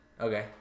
okay